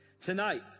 Tonight